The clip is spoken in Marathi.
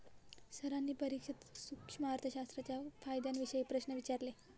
सरांनी परीक्षेत सूक्ष्म अर्थशास्त्राच्या फायद्यांविषयी प्रश्न विचारले